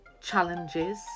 challenges